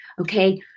Okay